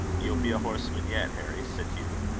you'll be a horseman yet, harry, said hugh.